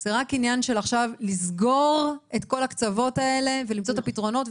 זה רק עניין של עכשיו לסגור את כל הקצוות האלה ולמצוא את הפתרונות.